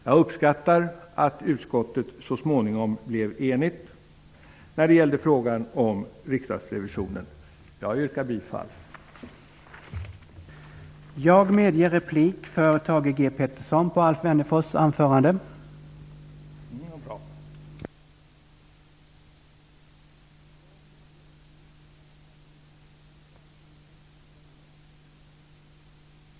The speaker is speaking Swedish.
Jag uppskattar att utskottet så småningom blev enigt när det gällde frågan om riksdagsrevisionen. Jag yrkar bifall till utskottets hemställan.